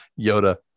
yoda